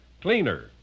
cleaner